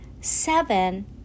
seven